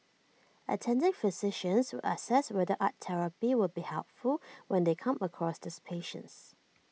attending physicians will assess whether art therapy will be helpful when they come across these patients